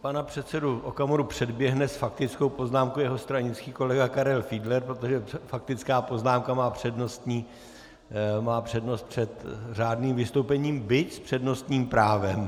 Pana předsedu Okamuru předběhne s faktickou poznámkou jeho stranický kolega Karel Fiedler, protože faktická poznámka má přednost před řádným vystoupením, byť s přednostním právem.